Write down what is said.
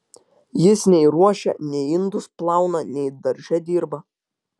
jis nei ruošia nei indus plauna nei darže dirba